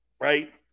right